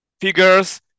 figures